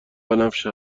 بنفش